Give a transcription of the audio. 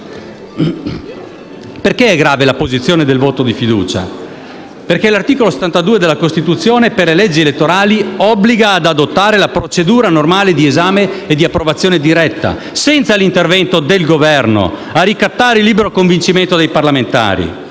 Perché è grave l'apposizione del voto di fiducia? Perché l'articolo 72 della Costituzione per le leggi elettorali obbliga ad adottare la procedura normale di esame e di approvazione diretta, senza l'intervento del Governo a ricattare il libero convincimento dei parlamentari.